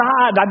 God